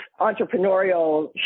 entrepreneurial